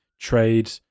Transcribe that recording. trade